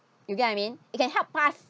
you get I mean you can help pass